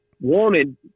wanted